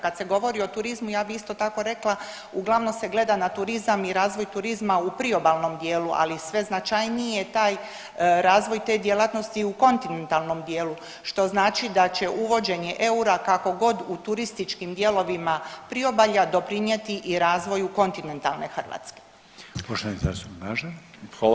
Kad se govori o turizmu ja bi isto tako rekla uglavnom se gleda na turizam i razvoj turizma u priobalnom dijelu, ali i sve značajniji je taj razvoj te djelatnosti u kontinentalnom dijelu što znači da će uvođenje eura kako god u turističkim dijelovima priobalja doprinjeti i razvoju kontinentalne Hrvatske.